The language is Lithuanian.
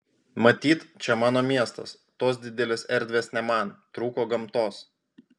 matyt čia mano miestas tos didelės erdvės ne man trūko gamtos